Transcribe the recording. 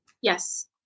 Yes